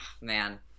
man